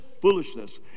foolishness